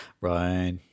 right